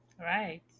Right